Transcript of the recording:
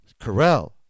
Carell